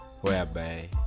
whereby